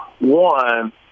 one